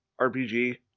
RPG